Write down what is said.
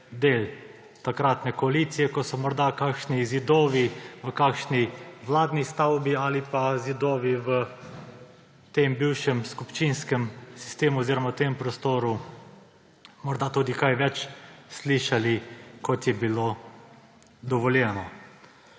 del takratne koalicije, ko so morda kakšni zidovi v kakšni vladni stavbi ali pa zidovi v tem bivšem skupščinskem sistemu oziroma v tem prostoru, morda tudi kaj več slišali, kot je bilo dovoljeno.